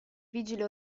vigile